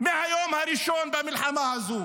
מהיום הראשון במלחמה הזו.